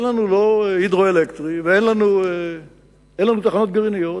אין לנו לא תחנות הידרו-אלקטריות ואין לנו תחנות גרעיניות.